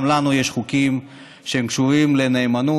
גם לנו יש חוקים שקשורים לנאמנות,